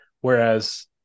Whereas